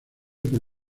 por